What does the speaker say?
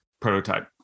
prototype